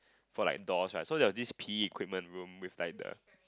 for like doors right so there was this P_E equipment room with like the